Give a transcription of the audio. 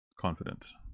confidence